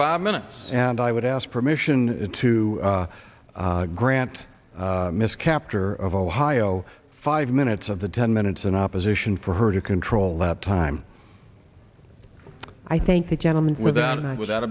five minutes and i would ask permission to grant miss kaptur of ohio five minutes of the ten minutes in opposition for her to control that time i thank the gentleman without and without